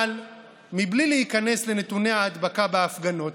אבל בלי להיכנס לנתוני ההדבקה בהפגנות,